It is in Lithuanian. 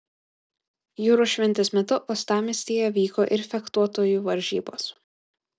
jūros šventės metu uostamiestyje vyko ir fechtuotojų varžybos